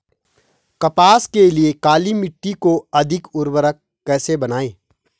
कपास के लिए काली मिट्टी को अधिक उर्वरक कैसे बनायें?